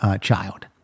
child